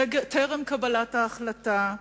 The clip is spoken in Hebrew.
טרם קבלת ההחלטה,